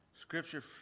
Scripture